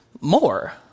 more